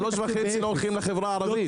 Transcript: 3.5% לא הולכים לחברה הערבית.